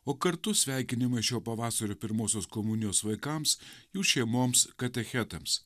o kartu sveikinimai šio pavasario pirmosios komunijos vaikams jų šeimoms katechetams